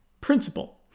principle